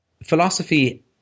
Philosophy